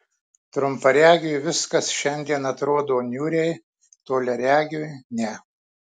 trumparegiui viskas šiandien atrodo niūriai toliaregiui ne